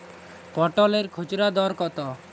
পটলের খুচরা দর কত?